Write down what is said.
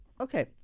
okay